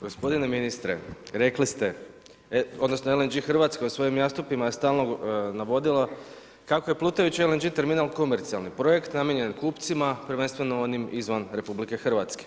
Gospodine ministre, rekli ste odnosno LNG Hrvatska u svojim nastupima je stalno navodila kako je plutajući LNG terminal komercijalni projekt namijenjen kupcima, prvenstveno onim izvan RH.